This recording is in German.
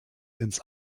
ins